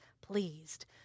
pleased